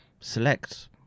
select